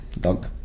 Dog